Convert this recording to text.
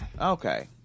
Okay